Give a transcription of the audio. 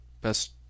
best